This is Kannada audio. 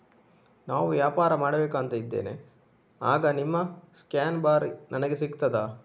ನಾನು ವ್ಯಾಪಾರ ಮಾಡಬೇಕು ಅಂತ ಇದ್ದೇನೆ, ಆಗ ನಿಮ್ಮ ಸ್ಕ್ಯಾನ್ ಬಾರ್ ನನಗೆ ಸಿಗ್ತದಾ?